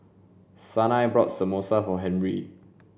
Sanai bought Samosa for Henri